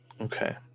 Okay